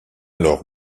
alors